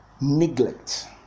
neglect